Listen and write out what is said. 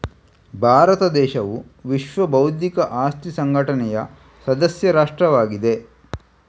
ಭಾರತ ದೇಶವು ವಿಶ್ವ ಬೌದ್ಧಿಕ ಆಸ್ತಿ ಸಂಘಟನೆಯ ಸದಸ್ಯ ರಾಷ್ಟ್ರವಾಗಿದೆ